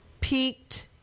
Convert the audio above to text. peaked